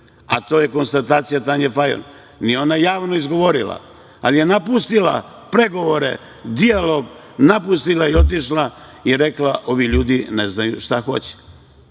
a to je konstatacija Tanje Fajon, nije ona javno izgovorila, ali je napustila pregovore, dijalog napustila i otišla i rekla – ovi ljudi ne znaju šta hoće.